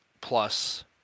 plus